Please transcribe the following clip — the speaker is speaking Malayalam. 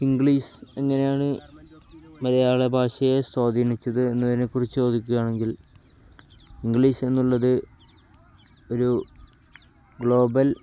ഇംഗ്ലീഷ് എങ്ങനെയാണു മലയാള ഭാഷയെ സ്വാധീനിച്ചത് എന്നതിനെക്കുറിച്ചു ചോദിക്കുകയാണെങ്കിൽ ഇംഗ്ലീഷ് എന്നുള്ളത് ഒരു ഗ്ലോബൽ